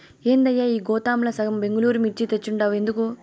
ఏందయ్యా ఈ గోతాంల సగం బెంగళూరు మిర్చి తెచ్చుండావు ఎందుకు